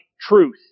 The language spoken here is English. truth